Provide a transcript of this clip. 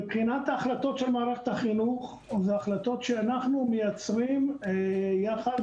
מבחינת ההחלטות של מערכת החינוך אלה החלטות שאנחנו מייצרים יחד,